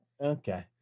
Okay